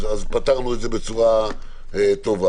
פתרנו את זה בצורה טובה,